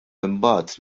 imbagħad